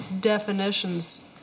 definitions